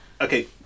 okay